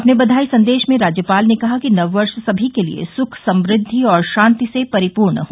अपने बधाई संदेश में राज्यपाल ने कहा कि नव वर्ष समी के लिये सुख समृद्धि और शांति से परिपूर्ण हो